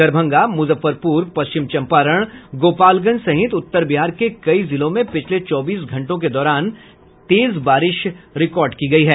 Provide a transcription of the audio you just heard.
दरभंगा मुजफ्फरपुर पश्चिम चम्पारण गोपालगंज सहित उत्तर बिहार के कई जिलों में पिछले चौबीस घंटों के दौरान तेज बारिश रिकॉर्ड की गयी है